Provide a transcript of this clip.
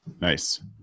Nice